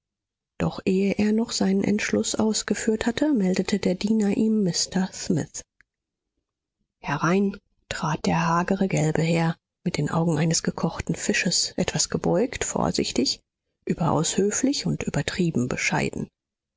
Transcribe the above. doch ehe er noch seinen entschluß ausgeführt hatte meldete der diener ihm mr smith herein trat der hagere gelbe herr mit den augen eines gekochten fisches etwas gebeugt vorsichtig überaus höflich und übertrieben bescheiden